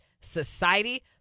society